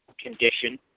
condition